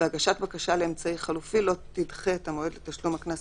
והגשת בקשה לאמצעי חלופי לא תדחה את המועד לתשלום הקנס